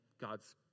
God's